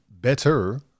better